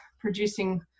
producing